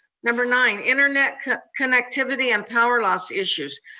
number nine, internet connectivity and power loss issues.